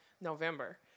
November